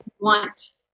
want